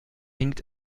hinkt